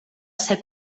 ser